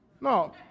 No